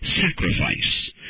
sacrifice